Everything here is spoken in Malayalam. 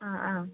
ആ ആ